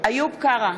איוב קרא,